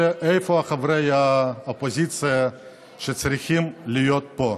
איפה חברי האופוזיציה שצריכים להיות פה?